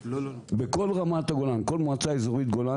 בכל רמת הגולן כל מועצה אזורית גולן